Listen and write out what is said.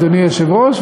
אדוני היושב-ראש,